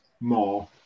more